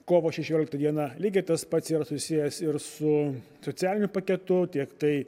kovo šešiolika diena lygiai tas pats yra susijęs ir su socialiniu paketu tiek tai